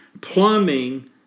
Plumbing